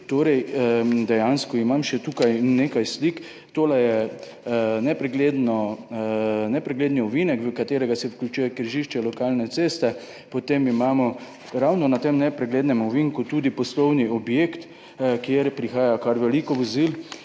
2. Dejansko imam še tukaj nekaj slik. / pokaže zboru/ Tole je nepregledni ovinek, v katerega se vključuje križišče lokalne ceste, potem imamo ravno na tem nepreglednem ovinku tudi poslovni objekt, kjer prihaja kar veliko vozil.